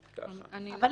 גבי,